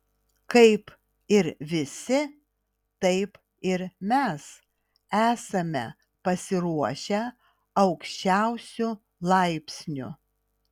kaip ir visi taip ir mes esame pasiruošę aukščiausiu laipsniu